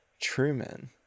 Truman